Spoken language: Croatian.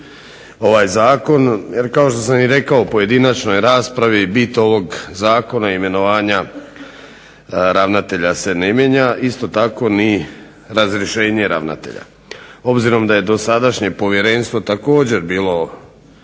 ovaj zakon jer kao što sam i rekao u pojedinačnoj raspravi, bit ovog zakona i imenovanja ravnatelja se ne mijenja, isto tako ni razrješenje ravnatelja. Obzirom da je dosadašnje povjerenstvo također bilo,